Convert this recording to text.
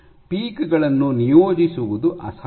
peak ಗಳನ್ನು ನಿಯೋಜಿಸುವುದು ಅಸಾಧ್ಯ